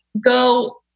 go